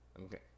Okay